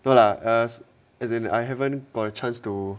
no lah as in I haven't got a chance to